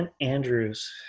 Andrews